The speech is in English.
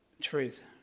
truth